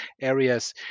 areas